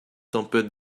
tempête